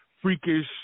freakish